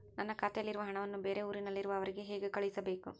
ನನ್ನ ಖಾತೆಯಲ್ಲಿರುವ ಹಣವನ್ನು ಬೇರೆ ಊರಿನಲ್ಲಿರುವ ಅವರಿಗೆ ಹೇಗೆ ಕಳಿಸಬೇಕು?